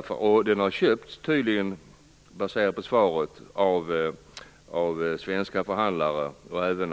Den har, baserat på svaret, tydligen "köpts" av svenska förhandlare